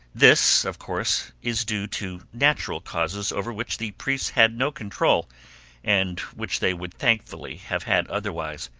this, of course, is due to natural causes over which the priests had no control and which they would thankfully have had otherwise.